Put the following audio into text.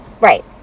Right